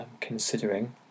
considering